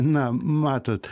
na matot